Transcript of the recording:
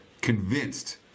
convinced